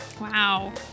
Wow